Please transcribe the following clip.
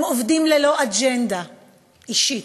הם עובדים ללא אג'נדה אישית.